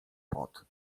pot